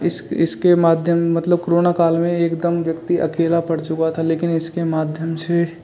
इस इसके माध्यम मतलब कोरोना काल में एकदम व्यक्ति अकेला पड़ चुका था लेकिन इसके माध्यम से